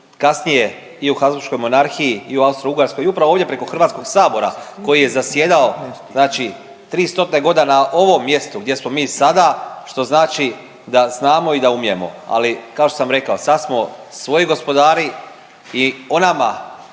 Kasnije i u Habsburškoj monarhiji i Austro-Ugarskoj i upravo ovdje preko Hrvatskog sabora koji je zasjedao znači 300 godina na ovom mjestu gdje smo mi sada, što znači da znamo i da umijemo. Ali kao što sam rekao sad smo svoji gospodari i o nama